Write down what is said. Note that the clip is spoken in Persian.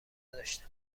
نداشتم